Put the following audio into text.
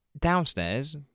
downstairs